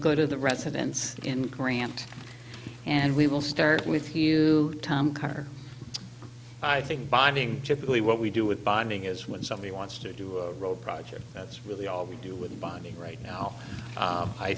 good of the residents in the grant and we will start with you tom carver i think binding typically what we do with binding is when somebody wants to do a road project that's really all we do with bonnie right now